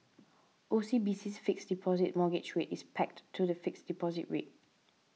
O C B C's Fixed Deposit Mortgage Rate is pegged to the fixed deposit rate